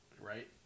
Right